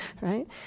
right